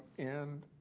and